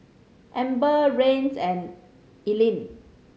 Amber Rance and Ethelene